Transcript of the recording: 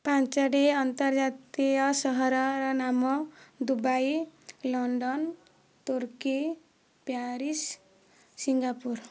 ପାଞ୍ଚଟି ଆନ୍ତର୍ଜାତୀୟ ସହରର ନାମ ଦୁବାଇ ଲଣ୍ଡନ ତୁର୍କୀ ପ୍ୟାରିସ ସିଙ୍ଗାପୁର